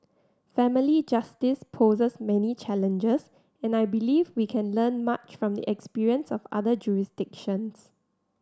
family justice poses many challenges and I believe we can learn much from the experience of other jurisdictions